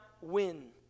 win